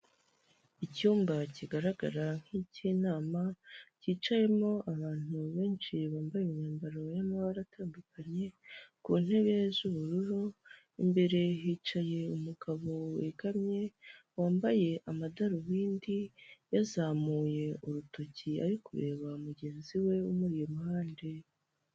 Icyumba kigaragara nk'icy'inama cyicayemo abantu benshi bambaye imyambaro y'amabara atandukanye, ku ntebe z'ubururu imbere hicaye umugabo wegamye wambaye amadarubindi, yazamuye urutoki ari kureba mugenzi we umuri iruhande.